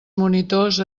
monitors